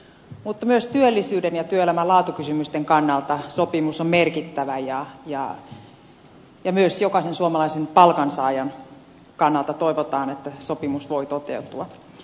mutta myös työllisyyden ja työelämän laatukysymysten kannalta sopimus on merkittävä ja myös jokaisen suomalaisen palkansaajan kannalta toivotaan että sopimus voi toteutua